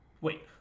Wait